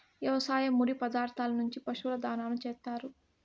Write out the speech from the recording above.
వ్యవసాయ ముడి పదార్థాల నుంచి పశువుల దాణాను చేత్తారు